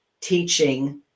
teaching